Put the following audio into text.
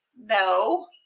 no